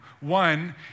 One